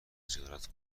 زیارت